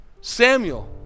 Samuel